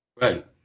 right